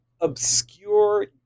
obscure